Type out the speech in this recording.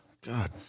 God